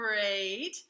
great